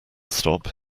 stop